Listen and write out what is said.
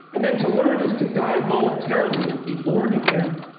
and then to learn is to die voluntarily and be born again,